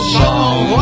song